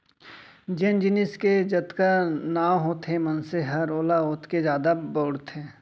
जेन जिनिस के जतका नांव होथे मनसे हर ओला ओतके जादा बउरथे